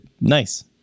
nice